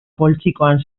poltsikoan